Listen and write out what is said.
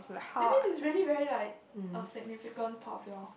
that means is very very like a significant thought of your